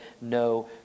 no